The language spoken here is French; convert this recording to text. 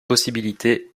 possibilité